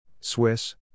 Swiss